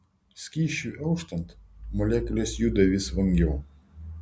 skysčiui auštant molekulės juda vis vangiau